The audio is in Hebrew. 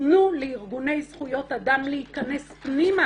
תנו לארגוני זכויות אדם להיכנס פנימה